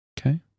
Okay